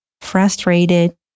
frustrated